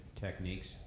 techniques